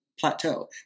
Plateau